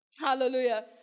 Hallelujah